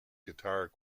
guitar